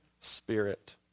spirit